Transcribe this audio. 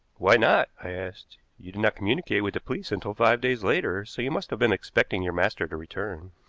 why not? i asked. you did not communicate with the police until five days later, so you must have been expecting your master to return.